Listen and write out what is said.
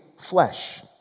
flesh